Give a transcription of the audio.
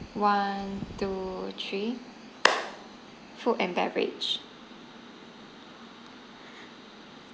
one two three food and beverage